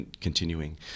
continuing